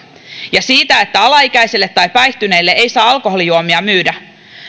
ja siitä että alaikäiselle tai päihtyneelle ei saa alkoholijuomia myydä